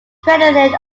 credited